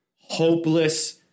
hopeless